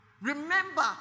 remember